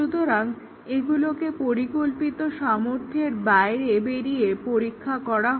সুতরাং এগুলোকে পরিকল্পিত সামর্থ্যের বাইরে বেরিয়ে পরীক্ষা করা হয়